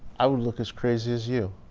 i would look as crazy as you.